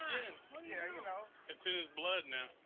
yeah you know. it's in his blood now.